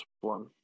one